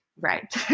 right